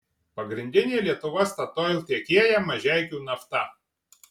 pagrindinė lietuva statoil tiekėja mažeikių nafta